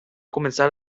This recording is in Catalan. començar